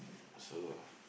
so